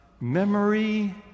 memory